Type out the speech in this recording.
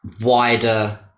wider